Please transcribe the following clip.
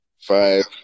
five